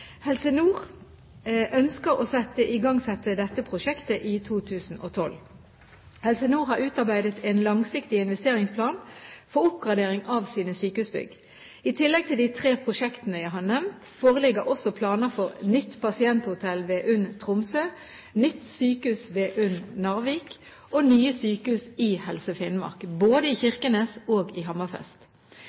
Helse Nord ønsker å igangsette dette prosjektet i 2012. Helse Nord har utarbeidet en langsiktig investeringsplan for oppgradering av sine sykehusbygg. I tillegg til de tre prosjektene jeg har nevnt, foreligger også planer for nytt pasienthotell ved UNN Tromsø, nytt sykehus ved UNN Narvik og nye sykehus i Helse Finnmark, både i Kirkenes og i